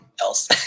else